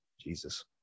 Jesus